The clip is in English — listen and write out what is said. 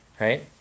right